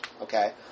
okay